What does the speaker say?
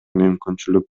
мүмкүнчүлүк